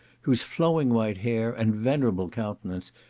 whose flowing white hair, and venerable countenance,